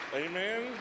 Amen